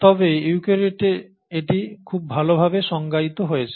তবে ইউক্যারিওটে এটি খুব ভালভাবে সংজ্ঞায়িত হয়েছে